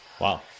Wow